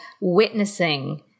witnessing